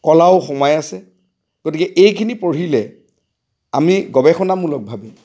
কলাও সময় আছে গতিকে এইখিনি পঢ়িলে আমি গৱেষণামূলকভাৱে